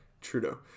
Trudeau